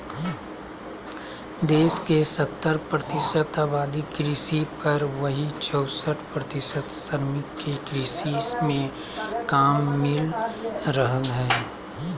देश के सत्तर प्रतिशत आबादी कृषि पर, वहीं चौसठ प्रतिशत श्रमिक के कृषि मे काम मिल रहल हई